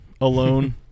alone